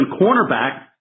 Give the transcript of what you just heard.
Cornerback